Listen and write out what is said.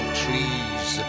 trees